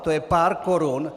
To je pár korun.